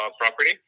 property